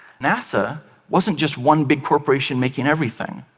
nasa wasn't just one big corporation making everything.